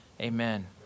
Amen